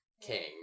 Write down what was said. king